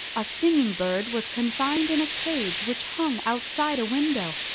a singing-bird was confined in a cage which hung outside a window,